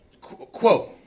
quote